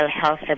health